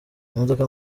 imodoka